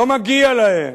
לא מגיע להם,